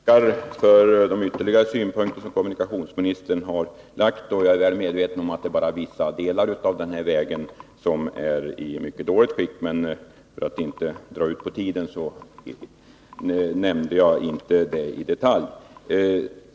Herr talman! Jag tackar för de ytterligare synpunkter som kommunikationsministern framfört. Jag är medveten om att det bara är vissa delar av den här vägen som är i mycket dåligt skick, men för att inte dra ut på tiden gick jag inte in på det i detalj.